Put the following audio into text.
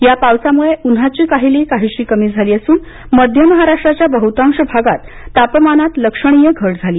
या पावसामुळे उन्हाची काहिली काहीशी कमी झाली असून मध्य महाराष्ट्राच्या बहुतांश भागात तापमानात लक्षणीय घट झाली